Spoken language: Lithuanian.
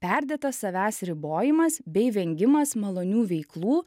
perdėtas savęs ribojimas bei vengimas malonių veiklų